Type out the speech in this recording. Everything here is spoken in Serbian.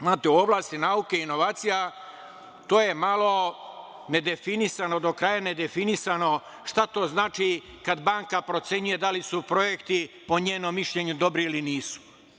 Znate, u oblasti nauke i inovacija to je malo nedefinisano, do kraja nedefinisano šta to znači kada banka procenjuje da li su projekti po njenom mišljenju dobri ili nisu.